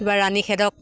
কিবা ৰাণী খেদক